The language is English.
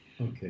Okay